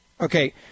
Okay